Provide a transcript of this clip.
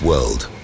world